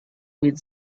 with